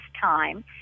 time